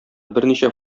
берничә